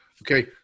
Okay